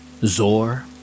Zor